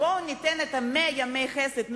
בואו ניתן את 100 ימי החסד,